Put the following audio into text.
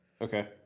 okay